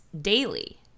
daily